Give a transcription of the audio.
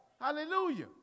Hallelujah